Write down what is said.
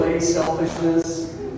Selfishness